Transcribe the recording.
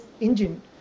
engine